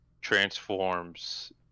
transforms